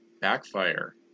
backfire